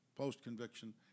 post-conviction